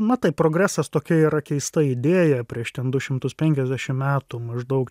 matai progresas tokia yra keista idėja prieš ten du šimtus penkiasdešim metų maždaug